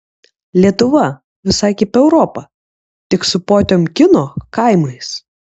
lietuva visai kaip europa tik su potiomkino kaimais